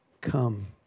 Come